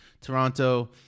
Toronto